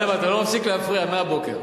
גאלב, אתה לא מפסיק להפריע מהבוקר.